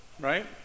right